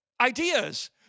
ideas